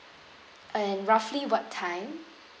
and roughly what time